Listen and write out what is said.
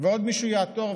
ועוד מישהו יעתור,